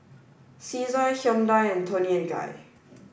Cesar Hyundai and Toni and Guy